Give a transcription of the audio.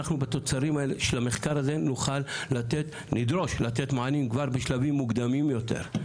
אנחנו בתוצרים של המחקר הזה נדרוש לתת מענים כבר בשלבים מוקדמים יותר.